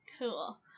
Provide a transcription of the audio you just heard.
Cool